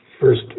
first